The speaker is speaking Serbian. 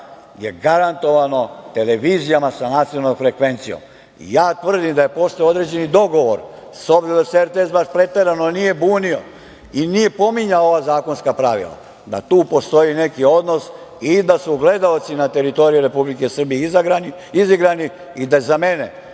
je garantovano televizijama sa nacionalnom frekvencijom. Ja tvrdim da je postojao određeni dogovor, s obzirom da se RTS nije baš preterano bunio i nije pominjao ova zakonska pravila, da tu postoji neki odnos i da su gledaoci na teritoriji Republike Srbije izigrani. Za mene,